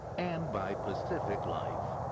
and by pacific life,